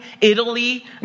Italy